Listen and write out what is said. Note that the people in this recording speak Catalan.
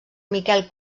miquel